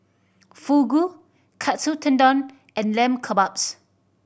Fugu Katsu Tendon and Lamb Kebabs